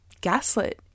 gaslit